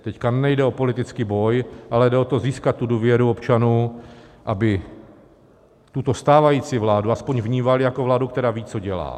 Teď nejde o politický boj, ale jde o to, získat důvěru občanů, aby tuto stávající vládu aspoň vnímali jako vládu, která ví, co dělá.